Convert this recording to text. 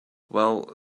well